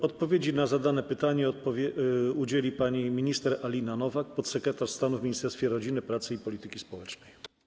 Odpowiedzi na zadane pytanie udzieli pani minister Alina Nowak, podsekretarz stanu w Ministerstwie Rodziny, Pracy i Polityki Społecznej.